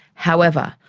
however,